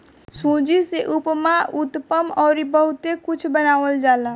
सूजी से उपमा, उत्तपम अउरी बहुते कुछ बनावल जाला